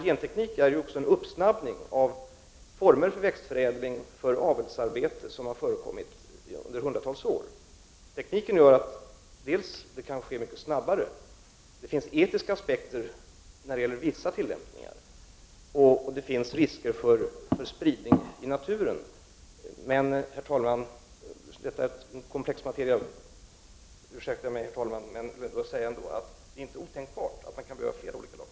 Gentekniken medför ett snabbare förfarande för växtförädling och avelsarbete. Det arbetet har förekommit under hundratals år. Tekniken gör att arbetet nu kan ske mycket snabbare. Det finns etiska aspekter när det gäller vissa tillämpningar, och det finns risk för spridning i naturen. Det är inte otänkbart att man kan komma att behöva flera olika lagkomplex.